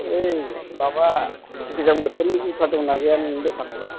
ओइ माबा गोजां बोथोरनि जुथा दंना गैया नोंनि दखानावलाय